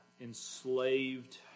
enslaved